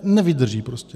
Nevydrží prostě.